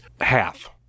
half